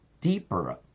deeper